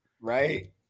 Right